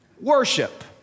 worship